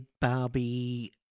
Barbie